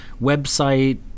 website